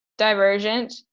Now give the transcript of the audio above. Divergent